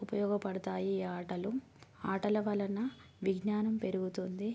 ఉపయోగపడతాయి ఈ ఆటలు ఆటల వలన విజ్ఞానం పెరుగుతుంది